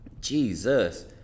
Jesus